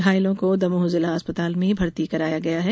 घायलों को दमोह जिला अस्पताल में भर्ती कराया गया है